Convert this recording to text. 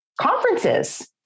conferences